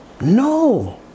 no